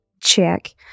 check